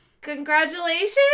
congratulations